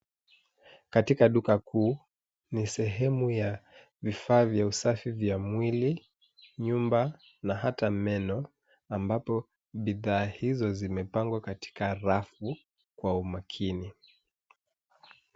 Katika duka kuu, ni sehemu ya vifaa vya usafi vya mwili, nyumba na hata meno ambapo bidhaa hizo zimepangwa katika rafu kwa umakini.